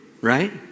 Right